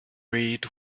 read